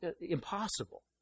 impossible